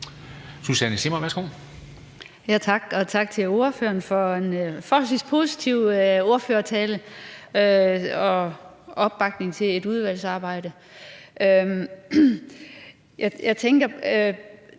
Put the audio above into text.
Susanne Zimmer (UFG): Tak for det, og tak til ordføreren for en forholdsvis positiv ordførertale og opbakning i forhold til udvalgsarbejdet. Jeg kan